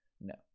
No